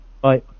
bye